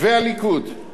לחרדים.